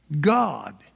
God